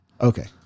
Okay